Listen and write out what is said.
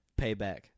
payback